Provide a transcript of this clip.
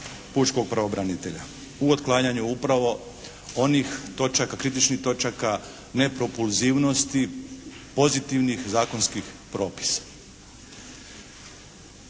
pučkog pravobranitelja u otklanjanju upravo onih točaka, kritičkih točaka nepropulzivnosti pozitivnih zakonskih propisa.